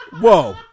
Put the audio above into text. whoa